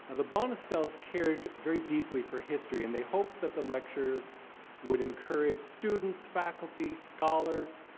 the bonestells cared very deeply for history, and they hoped that the lectures would encourage students, faculty, scholars,